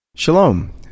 Shalom